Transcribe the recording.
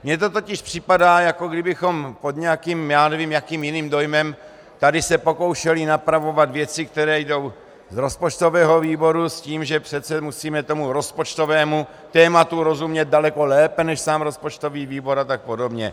Mně to totiž připadá, jako kdybychom pod nějakým, já nevím, jakým jiným dojmem se tady pokoušeli napravovat věci, které jdou z rozpočtového výboru, s tím, že přece musíme tomu rozpočtovému tématu rozumět daleko lépe než sám rozpočtový výbor a tak podobně.